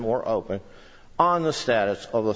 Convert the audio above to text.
more open on the status of the